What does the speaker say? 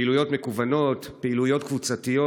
פעילויות מקוונות, פעילויות קבוצתיות,